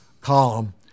column